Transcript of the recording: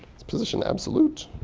it's position absolute,